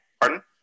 Pardon